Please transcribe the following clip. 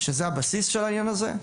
שזה הבסיס של העניין הזה.